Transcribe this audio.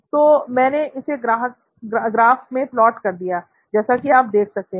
तो मैंने इसे ग्राफ में प्लॉट कर दिया जैसा कि आप देख सकते हैं